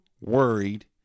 worried